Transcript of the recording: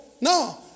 No